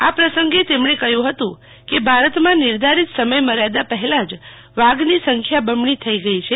આ પ્રસંગે તેમણે કહ્યું હતું કે ભારતમાં નિર્ધારિત સમય મર્યાદા પહેલાં જ વાઘની સંખ્યા બમણી થઇ ગઇ છે